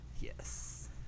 yes